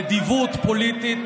נדיבות פוליטית